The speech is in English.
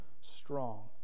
strong